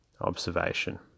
Observation